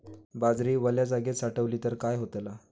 बाजरी वल्या जागेत साठवली तर काय होताला?